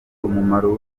umumaro